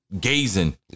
gazing